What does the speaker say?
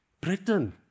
Britain